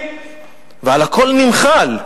ועל הכול נמחל.